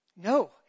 No